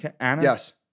Yes